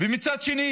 מצד אחד,